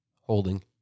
Holding